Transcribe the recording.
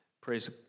Praise